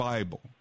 Bible